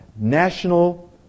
national